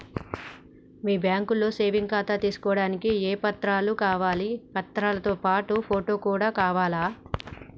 మీ బ్యాంకులో సేవింగ్ ఖాతాను తీసుకోవడానికి ఏ ఏ పత్రాలు కావాలి పత్రాలతో పాటు ఫోటో కూడా కావాలా?